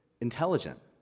intelligent